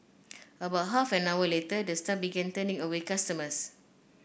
about half an hour later the staff began turning away customers